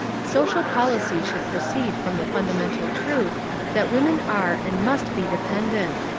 social policy should proceed from the funda mental truth that women are and must be de pendent.